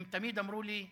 הם תמיד אמרו לי: